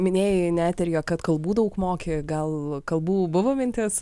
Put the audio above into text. minėjai net ir jie kad kalbų daug moki gal kalbų buvo mintis